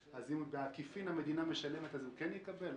אז אם המדינה משלמת בעקיפין הוא כן יקבל?